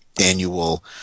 annual